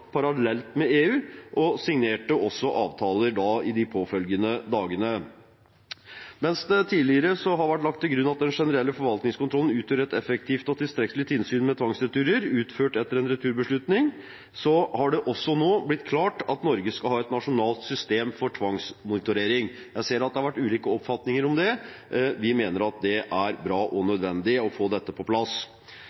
parallelt med EU og signerte avtaler de påfølgende dagene. Mens det tidligere har vært lagt til grunn at den generelle forvaltningskontrollen utgjør et effektivt og tilstrekkelig tilsyn med tvangsreturer utført etter en returbeslutning, har det nå blitt klart at Norge skal ha et nasjonalt system for tvangsreturmonitorering. Jeg ser at det har vært ulike oppfatninger om det. Vi mener at det er bra og